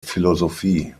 philosophie